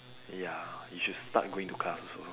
ya you should start going to class also